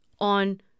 on